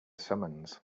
summons